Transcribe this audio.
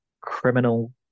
criminal